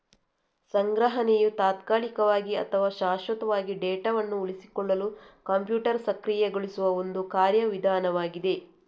ಸಂಗ್ರಹಣೆಯು ತಾತ್ಕಾಲಿಕವಾಗಿ ಅಥವಾ ಶಾಶ್ವತವಾಗಿ ಡೇಟಾವನ್ನು ಉಳಿಸಿಕೊಳ್ಳಲು ಕಂಪ್ಯೂಟರ್ ಸಕ್ರಿಯಗೊಳಿಸುವ ಒಂದು ಕಾರ್ಯ ವಿಧಾನವಾಗಿದೆ